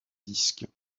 disques